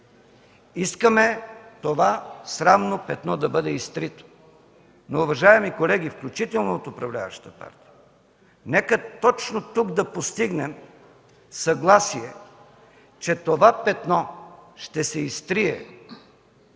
Искаме това срамно петно да бъде изтрито. Уважаеми колеги, включително от управляващата партия. Нека точно тук да постигнем съгласие, че това петно ще се изтрие